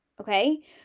Okay